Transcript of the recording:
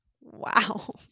Wow